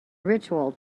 ritual